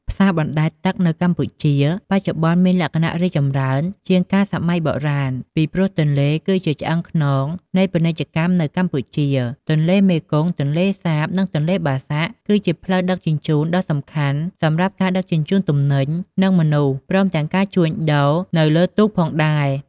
ផ្សារបណ្ដែតទឹកនៅកម្ពុជា បច្ចុប្បន្នមានលក្ខណៈរីកចម្រើនជាងកាលសម័យបុរាណ ពីព្រោះទន្លេគឺជាឆ្អឹងខ្នងនៃពាណិជ្ជកម្មនៅកម្ពុជា ទន្លេមេគង្គ ទន្លេសាប និងទន្លេបាសាក់ គឺជាផ្លូវដឹកជញ្ជូនដ៏សំខាន់សម្រាប់ការដឹកជញ្ជូនទំនិញ និងមនុស្ស ព្រមទាំងការជួញដូរនៅលើទូកផងដែរ។